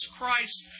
Christ